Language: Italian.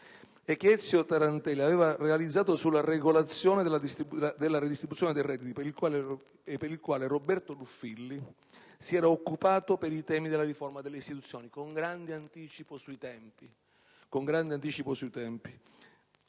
Ezio Tarantelli aveva realizzato sulla regolazione della redistribuzione dei redditi, e per il quale Roberto Ruffilli si era occupato per i temi della riforma delle istituzioni, con grande anticipo sui tempi.